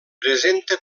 presenta